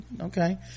Okay